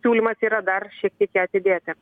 siūlymas yra dar šiek tiek ją atidėti